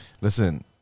Listen